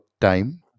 time